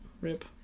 Rip